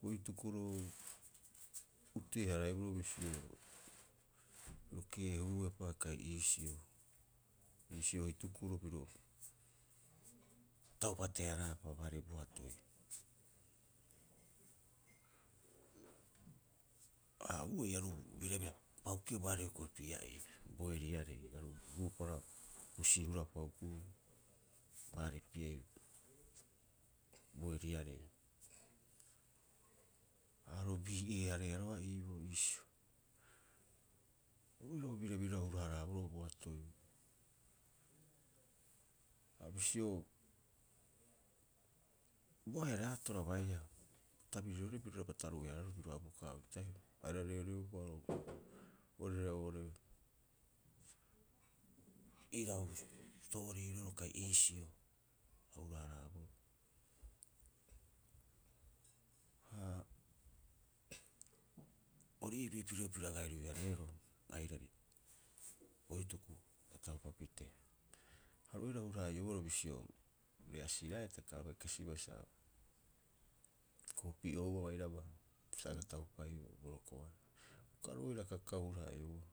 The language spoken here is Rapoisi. bo hitukuro utee- haraiboroo bisio piro keehuuepa kai iisio. Iisio hitukuro piro taupa tearaapa baari boatoi. Ha uei aru birabira'upa hukuia baari hioko'i pia'ii boeriarei. Aru ruupara husi hura'upa hukuia baarii pia'ii bo eriarei. Aru bii'e- hareea roga'a iiboo bisio, oru oira o biraborao hara- haraaboroo boatoi. Ha bisio bo ahe'a raataro a baiia, bo tabiriroriarei piroraba taruu'e- hararaaro piro abukaa oita'iro, aira reoreo'upa oirare oo'ore irau sitooriiroro kai iisiio a hura- haraaboro. Ha ori iipii pirio piro agai rui- hareeroo airari bo hituku aira taupa pitee. Ha oru oira a hura- haa'ioboroo bisio re'asiraeaa kai ta bai kasibaa sa koopii ouau airaba, sa aga taupaiiu borokoarei, uka oru roira kakau hura- haa'ioboroo.